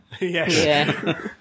Yes